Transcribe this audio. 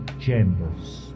chambers